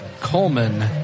Coleman